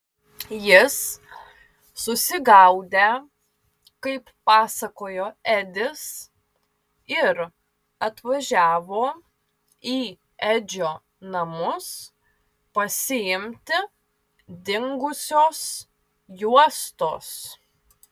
jis susigaudę kaip pasakojo edis ir atvažiavo į edžio namus pasiimti dingusios juostos